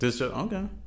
Okay